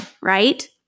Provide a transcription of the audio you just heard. right